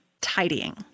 tidying